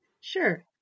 Sure